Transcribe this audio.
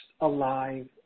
alive